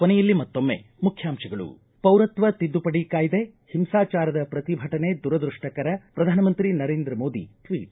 ಕೊನೆಯಲ್ಲಿ ಮತ್ತೊಮ್ಮೆ ಮುಖ್ಯಾಂಶಗಳು ಪೌರತ್ವ ತಿದ್ದುಪಡಿ ಕಾಯ್ದೆ ಒಂಸಾಚಾರದ ಪ್ರತಿಭಟನೆ ದುರದೃಷ್ಟಕರ ಪ್ರಧಾನಮಂತ್ರಿ ನರೇಂದ್ರ ಮೋದಿ ಟ್ವೀಟ್